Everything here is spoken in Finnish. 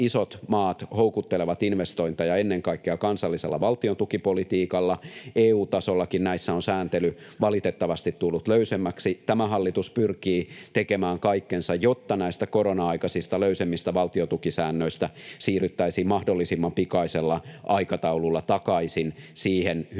isot maat houkuttelevat investointeja ennen kaikkea kansallisella valtiontukipolitiikalla. EU-tasollakin näissä on sääntely valitettavasti tullut löysemmäksi. Tämä hallitus pyrkii tekemään kaikkensa, jotta näistä korona-aikaisista löysemmistä valtiontukisäännöistä siirryttäisiin mahdollisimman pikaisella aikataululla takaisin siihen hyvin